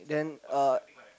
then uh